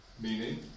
meaning